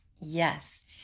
yes